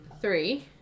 three